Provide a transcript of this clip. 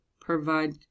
provide